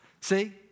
See